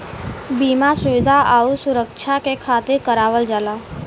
बीमा सुविधा आउर सुरक्छा के खातिर करावल जाला